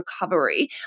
recovery